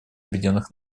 объединенных